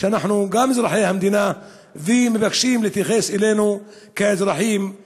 גם אנחנו אזרחי המדינה ומבקשים להתייחס אלינו כאזרחים,